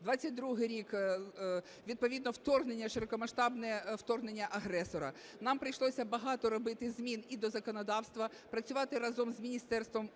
2022 рік – відповідно вторгнення, широкомасштабне вторгнення агресора. Нам прийшлося багато робити змін і до законодавства, працювати разом з міністерством,